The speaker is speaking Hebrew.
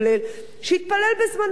שיתפלל בזמנו החופשי.